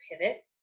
pivot